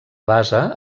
base